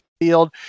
field